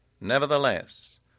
Nevertheless